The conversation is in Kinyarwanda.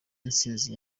intsinzi